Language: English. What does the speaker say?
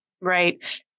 Right